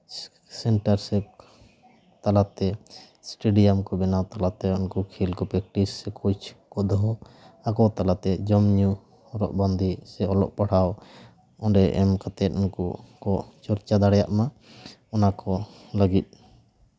centre ᱥᱮᱯᱷ ᱛᱟᱞᱟᱛᱮ stadium ᱠᱚ ᱵᱮᱱᱟᱣ ᱛᱟᱞᱟᱛᱮ ᱩᱱᱠᱩ ᱠᱷᱮᱞ ᱠᱚ ᱯᱨᱮᱠᱴᱤᱥ ᱠᱳᱪ ᱠᱚᱫᱚ ᱟᱠᱚ ᱛᱟᱞᱟᱛᱮ ᱡᱚᱢᱼᱧᱩ ᱦᱚᱨᱚᱜ ᱵᱟᱸᱫᱮ ᱥᱮ ᱚᱞᱚᱜ ᱯᱟᱲᱦᱟᱣ ᱚᱸᱰᱮ ᱮᱢ ᱠᱟᱛᱮᱜ ᱩᱱᱠᱩ ᱠᱚ ᱪᱚᱨᱪᱟ ᱫᱟᱲᱮᱭᱟᱜ ᱢᱟ ᱚᱱᱟ ᱠᱚ ᱞᱟᱹᱜᱤᱫ